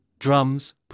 drums